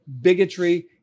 bigotry